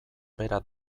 bera